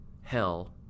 hell